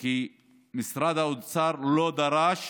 כי משרד האוצר לא דרש